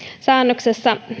säännöksessä